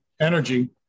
energy